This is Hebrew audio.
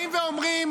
באים ואומרים: